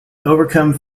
overcome